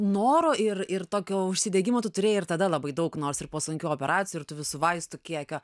noro ir ir tokio užsidegimo tu turėjai ir tada labai daug nors ir po sunkių operacijų ir tų visų vaistų kiekio